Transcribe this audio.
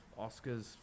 Oscars